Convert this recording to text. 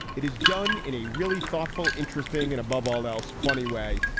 it is done in a really thoughtful, interesting and above all else, funny way.